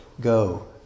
go